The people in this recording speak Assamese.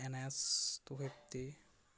N S two fifty